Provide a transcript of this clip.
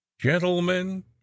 gentlemen